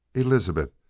elizabeth,